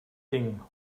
ding